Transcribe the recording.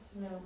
No